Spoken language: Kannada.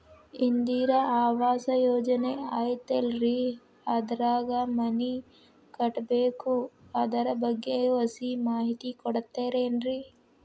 ಇಂದಿರಾ ಆವಾಸ ಯೋಜನೆ ಐತೇಲ್ರಿ ಅದ್ರಾಗ ಮನಿ ಕಟ್ಬೇಕು ಅದರ ಬಗ್ಗೆ ಒಸಿ ಮಾಹಿತಿ ಕೊಡ್ತೇರೆನ್ರಿ?